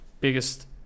biggest